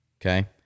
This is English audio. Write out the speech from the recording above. Okay